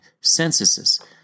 censuses